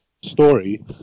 story